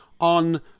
on